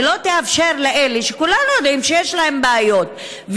ולא תאפשר לאלה שכולנו יודעים שיש להם בעיות.